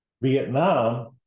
Vietnam